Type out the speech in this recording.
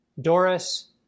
Doris